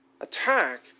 attack